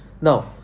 Now